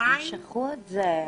הם שכחו את זה.